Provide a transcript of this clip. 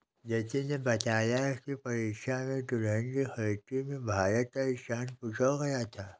जतिन ने बताया की परीक्षा में तिलहन की खेती में भारत का स्थान पूछा गया था